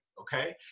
Okay